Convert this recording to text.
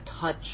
touch